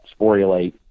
sporulate